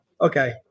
Okay